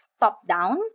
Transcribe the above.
top-down